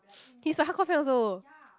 he's a hardcore fan also